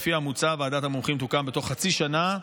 לפי המוצע, ועדת המומחים תוקם בתוך חצי שנה,